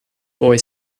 boy